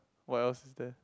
what else there